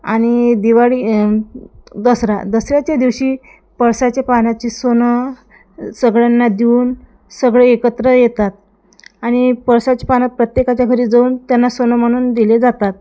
आणि दिवाळी दसरा दसऱ्याच्या दिवशी पळसाच्या पानाची सोनं सगळ्यांना देऊन सगळे एकत्र येतात आणि पळसाची पानं प्रत्येकाच्या घरी जाऊन त्यांना सोनं म्हणून दिले जातात